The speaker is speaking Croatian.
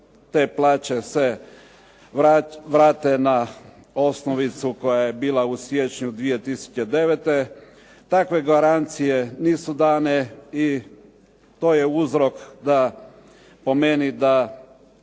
te plaće se vrate osnovicu koja je bila u siječnju 2009. Takve garancije nisu dane i to je uzrok, po meni, da